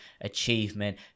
achievement